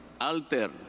alter